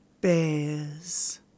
bears